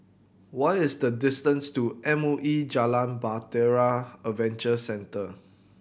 what is the distance to M O E Jalan Bahtera Adventure Centre